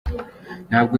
ntabwo